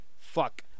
fuck